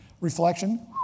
reflection